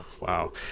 wow